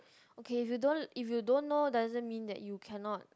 okay if you don't if you don't know doesn't mean that you cannot